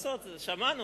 אז תיקח את מקיאוולי.